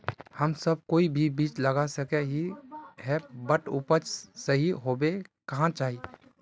हम सब कोई भी बीज लगा सके ही है बट उपज सही होबे क्याँ चाहिए?